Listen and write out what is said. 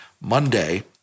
Monday